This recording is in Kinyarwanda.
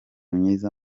myiza